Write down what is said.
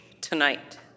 tonight